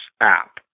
app